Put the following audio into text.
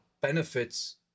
benefits